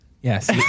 yes